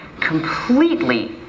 completely